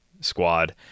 squad